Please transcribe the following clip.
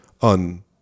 on